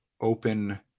open